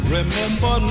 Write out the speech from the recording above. Remember